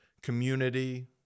community